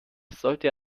sollte